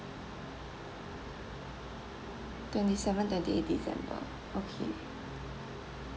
twenty seven twenty eight december okay